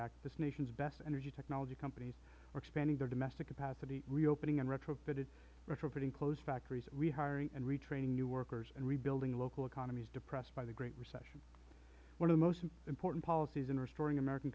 this nation's best energy technology companies are expanding their domestic capacity reopening and retrofitting closed factories rehiring and retraining new workers and rebuilding local economies depressed by the great recession one of the most important policies in restoring american